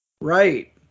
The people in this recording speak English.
Right